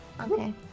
Okay